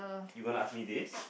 you gonna ask me this